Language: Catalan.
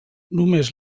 només